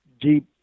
deep